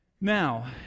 Now